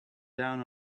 down